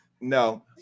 no